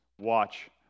watch